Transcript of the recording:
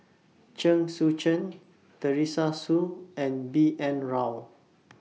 Chen Sucheng Teresa Hsu and B N Rao